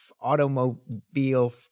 automobile